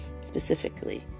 specifically